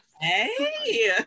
Hey